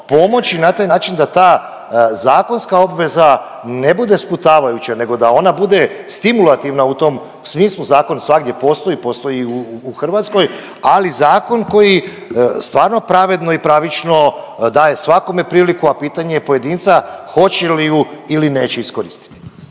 pomoći na taj način da ta zakonska obveza ne bude sputavajuća nego da ona bude stimulativna u tom smislu. Zakon svagdje postoji, postoji i u Hrvatskoj, ali zakon koji stvarno pravedno i pravično daje svakome priliku, a pitanje je pojedinca hoće li ju ili neće iskoristiti.